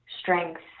strength